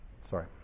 Sorry